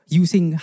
using